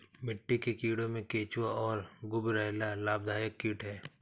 मिट्टी के कीड़ों में केंचुआ और गुबरैला लाभदायक कीट हैं